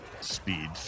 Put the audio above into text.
Speed